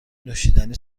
نوشیدنی